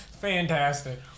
Fantastic